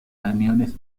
aniones